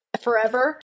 Forever